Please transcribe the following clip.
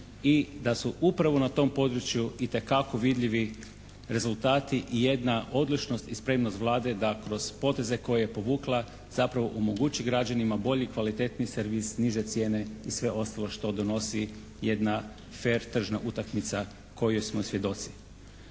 i da su upravo na tom području itekako vidljivi rezultati i jedna odličnost i spremnost Vlade da kroz poteze koje je povukla zapravo omogući građanima bolji i kvalitetniji servis, niže cijene i sve ostalo što donosi jedna fer tržna utakmica kojoj smo svjedoci.